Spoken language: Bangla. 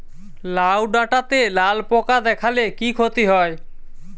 লাউ ডাটাতে লালা পোকা দেখালে কি ক্ষতি হয়?